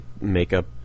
makeup